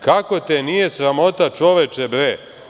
Kako te nije sramota čoveče, bre?